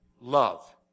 Love